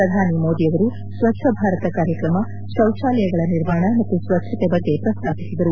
ಪ್ರಧಾನಿ ಮೋದಿಯವರು ಸ್ವಚ್ಛ ಭಾರತ ಕಾರ್ಯಕ್ರಮ ಶೌಚಾಲಯಗಳ ನಿರ್ಮಾಣ ಮತ್ತು ಸ್ವಚ್ಛತೆ ಬಗ್ಗೆ ಪ್ರಸ್ತಾಪಿಸಿದರು